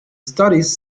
studies